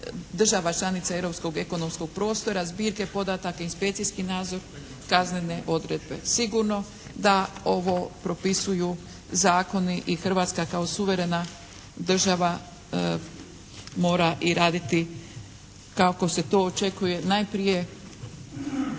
država članica Europskog ekonomskog prostora, zbirke podataka, inspekcijski nadzor, kaznene odredbe. Sigurno da ovo propisuju zakoni i Hrvatska kao suverena država mora i raditi kako se to očekuje najprije